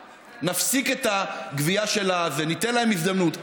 למשך חודשיים בלבד נפסיק את הגבייה שלה וניתן להם הזדמנות.